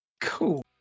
cool